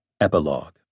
Epilogue